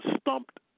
stumped